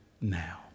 now